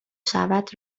شود